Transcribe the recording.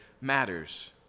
matters